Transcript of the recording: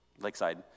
Lakeside